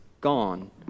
gone